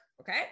okay